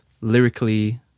lyrically